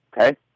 okay